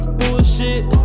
bullshit